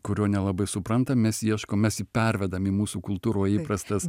kurio nelabai suprantam mes ieškom mes jį pervedam į mūsų kultūroj įprastas